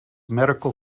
medical